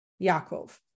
Yaakov